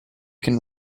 can